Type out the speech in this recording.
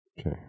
Okay